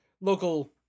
local